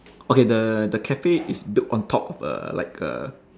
okay the the cafe is built on top of a like a